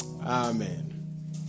Amen